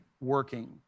working